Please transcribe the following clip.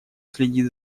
следит